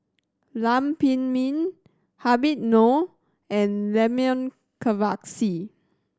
Lam Pin Min Habib Noh and Milenko Prvacki